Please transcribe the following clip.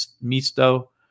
Misto